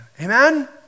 Amen